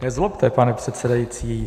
Nezlobte, pane předsedající...